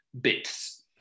bits